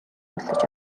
худалдаж